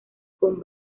con